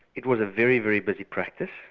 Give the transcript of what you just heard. it was a very, very busy practice,